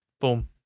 boom